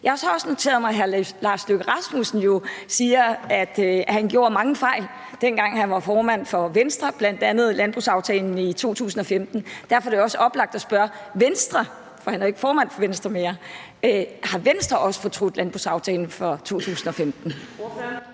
Jeg har så også noteret mig, at udenrigsministeren siger, at han begik mange fejl, dengang han var formand for Venstre, bl.a. landbrugsaftalen i 2015. Derfor er det også oplagt at spørge Venstre, for han er jo ikke formand for Venstre mere: Har Venstre også fortrudt landbrugsaftalen fra 2015?